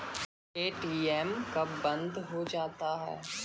ATM कब बंद हो जाता हैं?